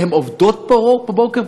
והן עובדות בבוקר,